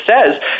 says